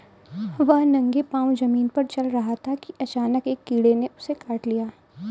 वह नंगे पांव जमीन पर चल रहा था कि अचानक एक कीड़े ने उसे काट लिया